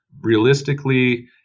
realistically